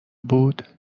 بود